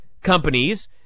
companies